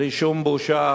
בלי שום בושה.